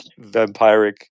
vampiric